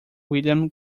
william